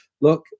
look